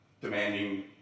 demanding